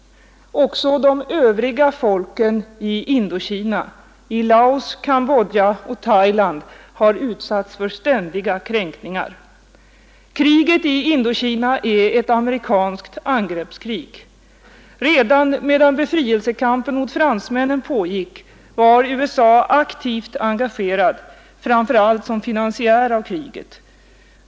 Också de övriga folken i Indokina — i Laos, Cambodja och Thailand — har utsatts för ständiga kränkningar. Kriget i Indokina är ett amerikanskt angreppskrig. Redan medan befrielsekampen mot fransmännen pågick var USA aktivt engagerat, framför allt som finansiär av kriget.